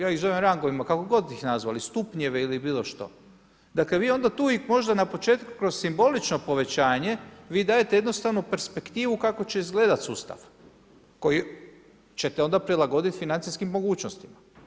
Ja ih zovem rangovima kako god ih nazvali, stupnjevi ili bilo što, dakle vi ih onda tu možda na početku kroz simbolično povećanje vi dajete jednostavnu perspektivu kako će izgledat sustav koji ćete onda prilagodit financijskim mogućnostima.